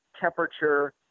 temperature